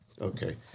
okay